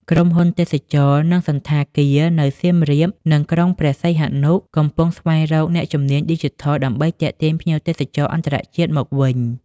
ក្រុមហ៊ុនទេសចរណ៍ និងសណ្ឋាគារនៅសៀមរាប និងក្រុងព្រះសីហនុ កំពុងស្វែងរកអ្នកជំនាញឌីជីថលដើម្បីទាក់ទាញភ្ញៀវទេសចរអន្តរជាតិមកវិញ។